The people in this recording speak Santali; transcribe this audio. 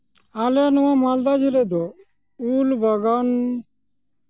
ᱟᱞᱮ ᱱᱚᱣᱟ ᱢᱟᱞᱫᱟ ᱡᱤᱞᱟᱹ ᱫᱚ ᱩᱞ ᱵᱟᱜᱟᱱ